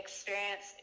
Experience